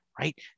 Right